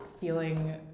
feeling